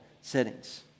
settings